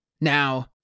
Now